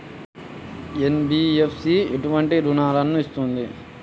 NBFC ఎటువంటి రుణాలను ఇస్తుంది?